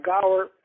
Gower